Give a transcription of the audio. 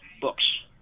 books